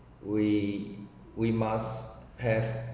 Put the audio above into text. we we must have